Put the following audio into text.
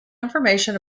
information